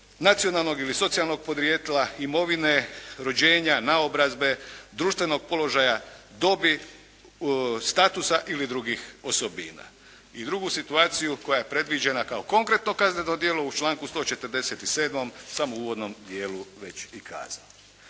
nacionalnog ili socijalnog podrijetla, imovine, rođenja, naobrazbe, društvenog položaja, dobi, statusa ili drugih osobina. I drugu situaciju koja je predviđena kao konkretno kazneno djelo u članku 147. sam u uvodnom dijelu već i kazao.